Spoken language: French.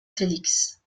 félix